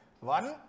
one